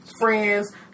friends